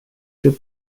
jeux